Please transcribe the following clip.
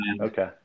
Okay